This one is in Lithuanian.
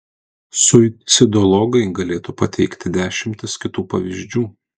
suicidologai galėtų pateikti dešimtis kitų pavyzdžių